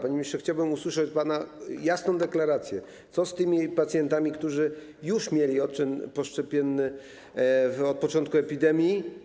Panie ministrze, chciałbym usłyszeć pana jasną deklarację: Co z tymi pacjentami, którzy już mieli odczyn poszczepienny, od początku epidemii?